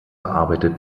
arbeitet